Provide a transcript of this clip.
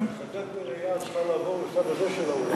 להתחזק בראייה, את צריכה לעבור לצד הזה של האולם.